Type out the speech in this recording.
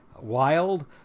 wild